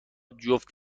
جفت